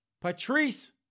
Patrice